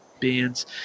bands